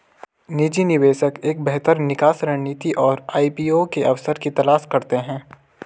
निजी निवेशक एक बेहतर निकास रणनीति और आई.पी.ओ के अवसर की तलाश करते हैं